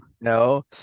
No